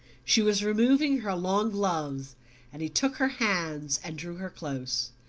she was removing her long gloves and he took her hands and drew her close.